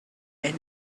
and